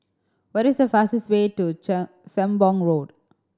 what is the fastest way to Sembong Road